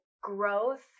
growth